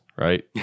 right